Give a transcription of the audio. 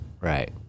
right